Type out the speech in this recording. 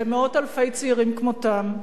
ומאות אלפי צעירים כמותם,